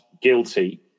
guilty